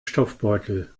stoffbeutel